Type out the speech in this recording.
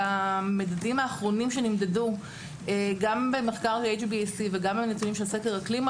במדדים האחרונים שנמדדו גם במחקר HBEC וגם בנתונים של סקר האקלים,